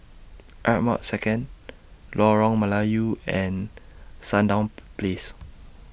Ardmore Second Lorong Melayu and Sandown Place